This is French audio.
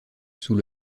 sous